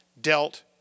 dealt